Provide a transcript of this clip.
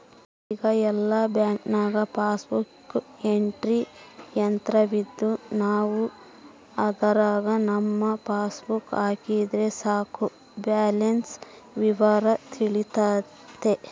ಈಗ ಎಲ್ಲ ಬ್ಯಾಂಕ್ನಾಗ ಪಾಸ್ಬುಕ್ ಎಂಟ್ರಿ ಯಂತ್ರವಿದ್ದು ನಾವು ಅದರಾಗ ನಮ್ಮ ಪಾಸ್ಬುಕ್ ಹಾಕಿದರೆ ಸಾಕು ಬ್ಯಾಲೆನ್ಸ್ ವಿವರ ತಿಳಿತತೆ